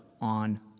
on